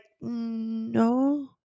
no